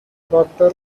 proctor